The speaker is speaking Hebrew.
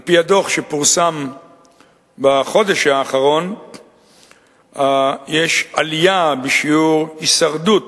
על-פי הדוח שפורסם בחודש האחרון יש עלייה בשיעור ההישרדות